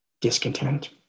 discontent